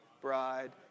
bride